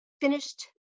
finished